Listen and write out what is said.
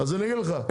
אני אגיד לך,